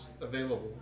available